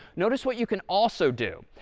notice what you can also do.